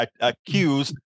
accused